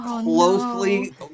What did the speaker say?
closely